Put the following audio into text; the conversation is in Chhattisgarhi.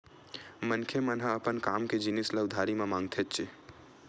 मनखे मन ह अपन काम के जिनिस ल उधारी म मांगथेच्चे